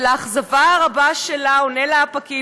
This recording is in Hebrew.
ולאכזבה הרבה שלה עונה לה הפקיד,